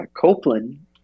copeland